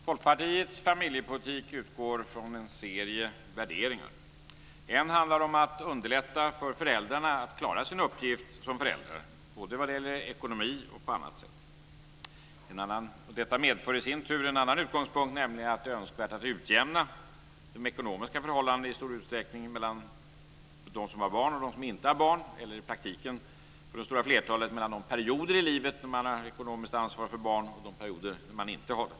Fru talman! Folkpartiets familjepolitik utgår från en serie värderingar. En handlar om att underlätta för föräldrarna att klara sin uppgift som föräldrar, både vad gäller ekonomi och på annat sätt. Detta medför i sin tur en annan utgångspunkt, nämligen att det är önskvärt att i stor utsträckning utjämna de ekonomiska förhållandena mellan dem som har barn och dem som inte har barn. I praktiken blir det för det stora flertalet mellan de perioder i livet då man har ekonomiskt ansvar för barn och de perioder då man inte har det.